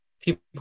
people